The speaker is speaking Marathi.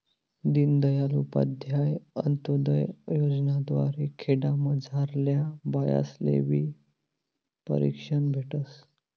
दीनदयाल उपाध्याय अंतोदय योजना द्वारे खेडामझारल्या बायास्लेबी प्रशिक्षण भेटस